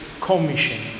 commission